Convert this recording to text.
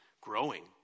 growing